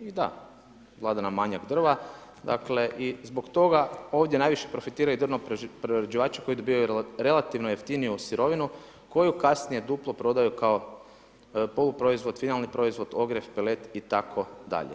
i da, vlada nam manjak drva, dakle i zbog toga ovdje najviše profitiraju drvoprerađivači koji dobivali relativno jeftiniju sirovinu koju kasnije duplo prodaju kao poluproizvod, finalni proizvod, ogrjev, pelet itd.